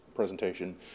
presentation